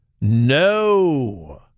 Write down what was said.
No